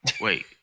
Wait